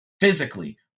physically